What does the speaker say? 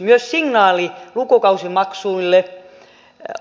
myös signaali lukukausimaksuista